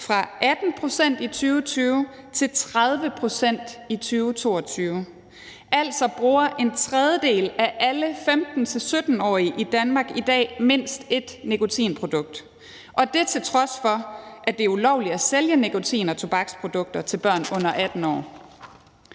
fra 18 pct. i 2020 til 30 pct. i 2022. Altså bruger en tredjedel af alle 15-17-årige i Danmark i dag mindst ét nikotinprodukt, og det til trods for, at det er ulovligt at sælge nikotin- og tobaksprodukter til børn under 18 år.